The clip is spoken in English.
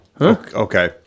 Okay